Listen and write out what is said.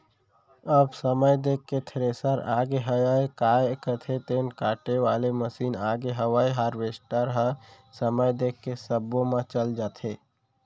अब समय देख के थेरेसर आगे हयय, काय कथें तेन काटे वाले मसीन आगे हवय हारवेस्टर ह समय देख के सब्बो म चल जाथे